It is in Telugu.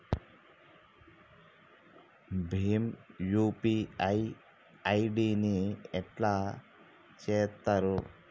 భీమ్ యూ.పీ.ఐ ఐ.డి ని ఎట్లా చేత్తరు?